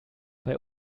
bei